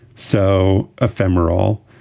so ephemeral.